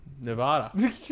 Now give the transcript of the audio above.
Nevada